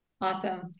awesome